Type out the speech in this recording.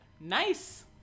nice